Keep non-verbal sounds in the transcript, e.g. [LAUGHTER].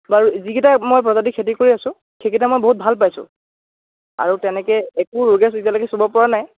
বাৰু যিকেইটা মই প্ৰজাতি খেতি কৰি আছো সেইকেইটা মই বহুত ভাল পাইছো আৰু তেনেকৈ একো [UNINTELLIGIBLE] পৰা নাই